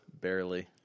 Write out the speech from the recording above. Barely